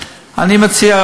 אני מציע,